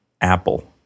Apple